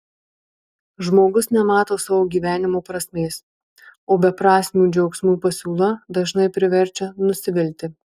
žmogus nemato savo gyvenimo prasmės o beprasmių džiaugsmų pasiūla dažnai priverčia nusivilti